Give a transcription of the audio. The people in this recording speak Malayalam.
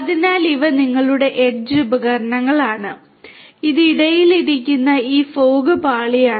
അതിനാൽ ഇവ നിങ്ങളുടെ എഡ്ജ് ഉപകരണങ്ങളാണ് ഇത് ഇടയിൽ ഇരിക്കുന്ന ഈ ഫോഗ് പാളിയാണ്